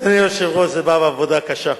אדוני היושב-ראש, זה בא בעבודה קשה.